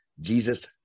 Jesus